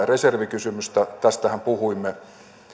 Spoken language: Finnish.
reservikysymystä tästähän puhuimme